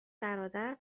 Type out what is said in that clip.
برادر